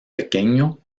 pequeño